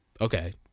okay